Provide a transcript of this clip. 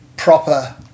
Proper